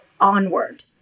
onward